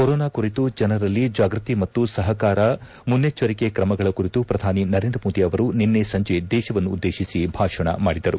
corona ಕುರಿತು ಜನರಲ್ಲಿ ಜಾಗೃತಿ ಮತ್ತು ಸರಕಾರ ಮುನ್ನೆಚ್ಚರಿಕೆ ಕ್ರಮಗಳ ಕುರಿತು ಪ್ರಧಾನಿ ನರೇಂದ್ರಮೋದಿ ಅವರು ನಿನ್ನೆ ಸಂಜೆ ದೇತವನ್ನು ಉದ್ಲೇತಿಸಿ ಭಾಷಣ ಮಾಡಿದರು